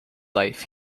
life